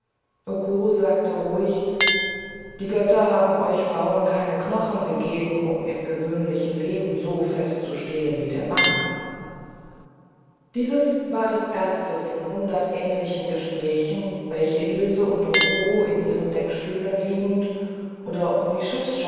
sagte ruhig die götter haben euch frauen keine knochen gegeben um im gewöhnlichen leben so fest zu stehen wie der mann dieses war das erste von hundert ähnlichen gesprächen welche ilse und okuro in ihren deckstühlen liegend oder um die